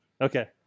Okay